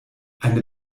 eine